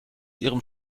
ihrem